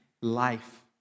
life